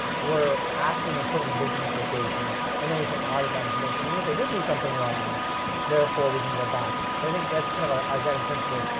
we're asking them to put them in a business justification and then we can audit that information. and if they did do something wrong therefore we can go back but i think that's kind of our our guiding principles,